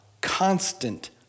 constant